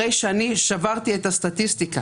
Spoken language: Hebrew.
הרי שאני שברתי את הסטטיסטיקה.